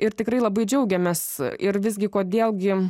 ir tikrai labai džiaugiamės ir visgi kodėl gi